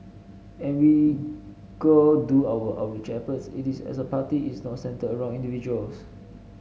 and we go do our outreach efforts it is as a party it's not centred around individuals